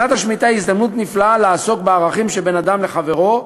שנת השמיטה היא הזדמנות נפלאה לעסוק בערכים שבין אדם לחברו,